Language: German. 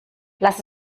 lasst